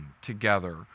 together